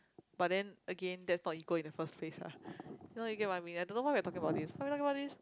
but then again that's not equal in the first place lah you know you get what I mean I don't know why we're talking about this why we talking about this